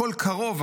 הכול קרוב,